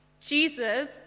jesus